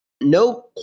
No